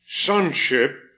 sonship